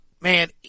man